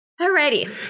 Alrighty